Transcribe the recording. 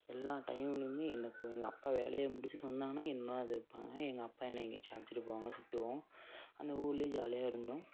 எல்லா டைம்லேயுமே என்னை எங்கள் அப்பா வேலையை முடிச்சுட்டு வந்தாங்கன்னா என்னை இருப்பாங்க எங்கள் அப்பா என்னை எங்கேயாச்சும் அழைச்சிட்டு போவாங்க சுற்றுவோம் அந்த ஊர்லேயே ஜாலியாக இருந்தோம்